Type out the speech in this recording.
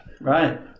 Right